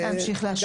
להמשיך להשעות.